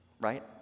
right